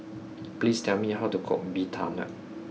please tell me how to cook Bee Tai Mak